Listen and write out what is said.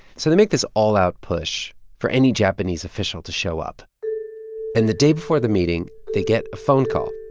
so they make this all-out push for any japanese official to show up and the day before the meeting, they get a phone call.